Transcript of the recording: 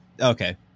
Okay